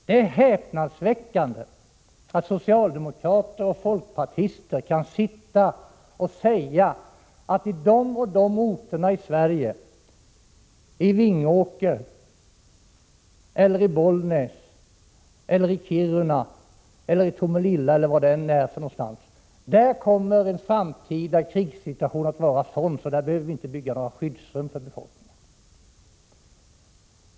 Det är häpnadsväckande att socialdemokrater och folkpartister kan säga att på de och de orterna i Sverige i Vingåker, i Bollnäs, i Kiruna, i Tomelilla eller var det än är — kommer en framtida krigssitutation att vara sådan att vi inte behöver bygga några skyddsrum för befolkningen.